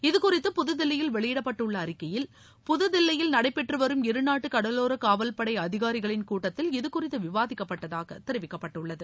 இது குறித்து புதுதில்லியில் வெளியிடப்பட்டுள்ள அறிக்கையில் புதுதில்லியில் நடைபெற்று வரும் இருநாட்டு கடலோர காவல்படை அதிகாரிகளின் கூட்டத்தில் இது குறித்து விவாதிக்கப்பட்டதாக தெரிவிக்கப்பட்டுள்ளது